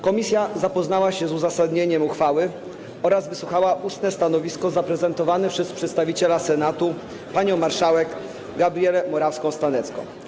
Komisja zapoznała się z uzasadnieniem uchwały oraz wysłuchała ustnego stanowiska zaprezentowanego przez przedstawiciela Senatu panią marszałek Gabrielę Morawską-Stanecką.